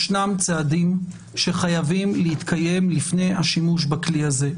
ישנם צעדים שחייבים להתקיים לפני השימוש בכלי הזה.